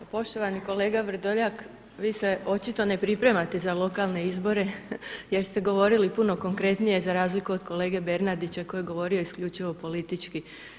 Pa poštovani kolega Vrdoljak vi se očito ne pripremate za lokalne izbore, jer ste govorili puno konkretnije za razliku od kolege Bernardića koji je govorio isključivo politički.